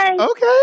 Okay